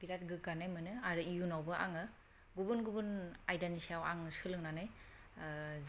बिराद गोग्गानाय मोनो आरो इयुनावबो आङो गुबुन गुबुन आयदानि सायाव आं सोलोंनानै